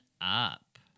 up